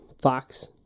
Fox